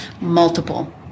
multiple